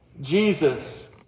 Jesus